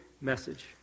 message